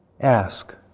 ask